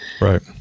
Right